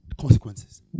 consequences